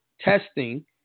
testing